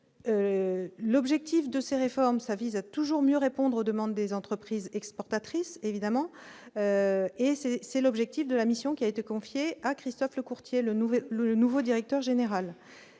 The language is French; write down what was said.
l'objectif de ces réformes, ça vise à toujours mieux répondre aux demandes des entreprises exportatrices évidemment et c'est : c'est l'objectif de la mission qui a été confié à Christophe Lecourtier le Nouvel, le nouveau directeur général,